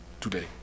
today